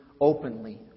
openly